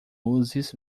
luzes